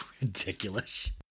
ridiculous